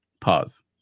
Pause